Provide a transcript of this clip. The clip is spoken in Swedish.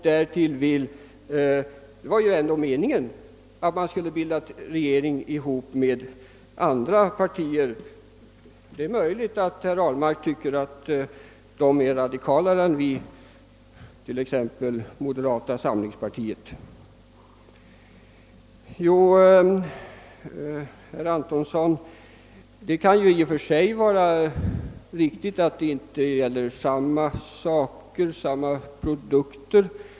Meningen var ju att ni skulle bilda regering tillsammans med vissa andra partier, och det är möjligt att herr Ahlmark tycker att de — t.ex. moderata samlingspartiet — är radikalare än det socialdemokratiska partiet. Till herr Antonsson vill jag säga, att det kan vara riktigt att det inte gäller samma produkter härvidlag.